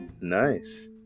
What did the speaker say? nice